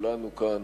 כולנו כאן,